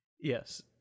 yes